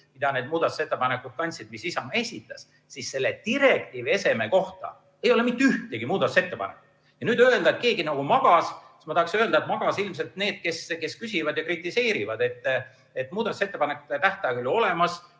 need muudatusettepanekud, mis Isamaa esitas, et selle direktiivi eseme kohta ei ole mitte ühtegi muudatusettepanekut. Kui öelda, et keegi nagu magas, siis ma tahaks öelda, et magasid ilmselt need, kes küsivad ja kritiseerivad. Muudatusettepanekute tähtaeg oli olemas.